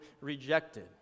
rejected